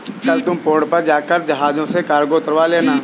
कल तुम पोर्ट पर जाकर जहाज से कार्गो उतरवा लेना